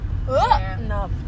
No